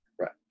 Right